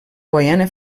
guaiana